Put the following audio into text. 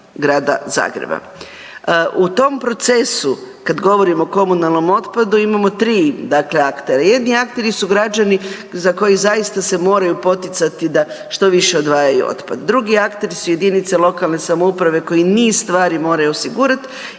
U tom procesu kad govorimo o komunalnom otpadu imamo tri aktera, jedni akteri su građani za koji zaista se moraju poticati da što više odvajaju otpad. Drugi akteri su jedinice lokalne samouprave koje niz stvari moraju osigurat